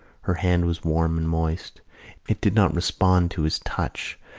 her hand was warm and moist it did not respond to his touch,